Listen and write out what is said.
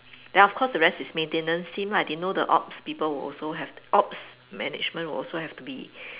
then of course the rest is maintenance team lah I didn't know the ops people would also have ops management would also have to be